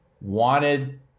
wanted